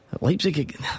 Leipzig